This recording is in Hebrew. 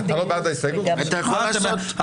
מי נגד?